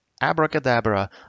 Abracadabra